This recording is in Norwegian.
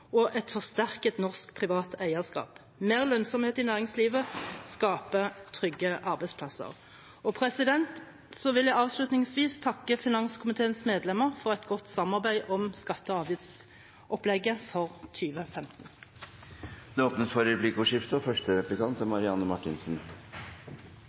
og et forsterket norsk privat eierskap. Mer lønnsomhet i næringslivet skaper trygge arbeidsplasser. Jeg vil avslutningsvis takke finanskomiteens medlemmer for et godt samarbeid om skatte- og avgiftsopplegget for 2015. Det blir replikkordskifte. Regjeringen har foreslått å statliggjøre skatteinnkrevingen. Det er